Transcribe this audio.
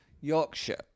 Yorkshire